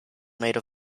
made